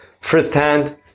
firsthand